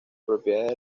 propiedades